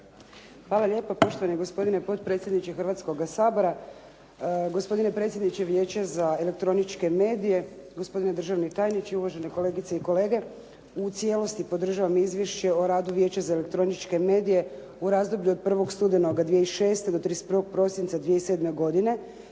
Hvala lijepo poštovani gospodine potpredsjedniče Hrvatskoga sabora. Gospodine predsjedniče Vijeća za elektroničke medije, gospodine državni tajniče, uvažene kolegice i kolege. U cijelosti podržavam Izvješće o radu Vijeća za elektroničke medije u razdoblju od 1. studenoga 2006. do 31. prosinca 2007. godine,